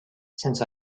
since